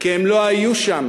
כי הם לא היו שם